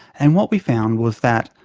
and what we found was that,